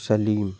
Salim